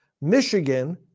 Michigan